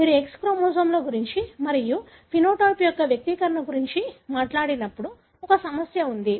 మీరు X క్రోమోజోమ్ల గురించి మరియు సమలక్షణం యొక్క వ్యక్తీకరణ గురించి మాట్లాడినప్పుడు ఒక సమస్య ఉంది